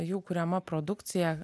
jų kuriama produkcija